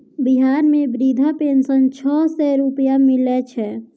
बिहार मे वृद्धा पेंशन छः सै रुपिया मिलै छै